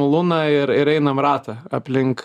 luną ir ir einam ratą aplink